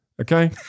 Okay